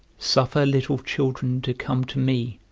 suffer little children to come to me,